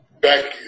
back